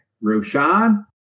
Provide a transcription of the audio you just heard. Roshan